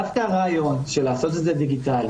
דווקא הרעיון של לעשות את זה דיגיטלית,